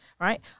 right